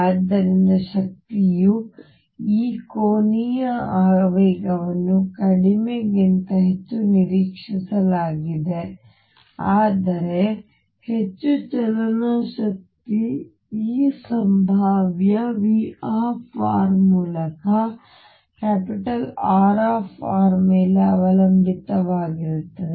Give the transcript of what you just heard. ಆದ್ದರಿಂದ ಶಕ್ತಿಯು E ಕೋನೀಯ ಆವೇಗವನ್ನು ಕಡಿಮೆಗಿಂತ ಹೆಚ್ಚು ನಿರೀಕ್ಷಿಸಲಾಗಿದೆ ಆದರೆ ಹೆಚ್ಚು ಚಲನ ಶಕ್ತಿ ಮತ್ತು E ಸಂಭಾವ್ಯ V ಮೂಲಕ R ಮೇಲೆ ಅವಲಂಬಿತವಾಗಿರುತ್ತದೆ